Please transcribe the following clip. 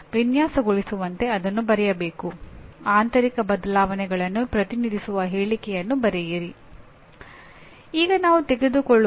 ತದನಂತರ ವಿದ್ಯಾರ್ಥಿಗಳ ಪ್ರವೇಶ ವರ್ತನೆ ಏನು ಎಂಬುದರ ಕುರಿತು ನೀವು ಸ್ಪಷ್ಟವಾಗಿರಬೇಕು